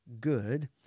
Good